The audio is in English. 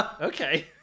okay